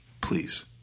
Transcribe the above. Please